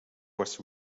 was